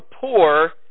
poor